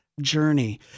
journey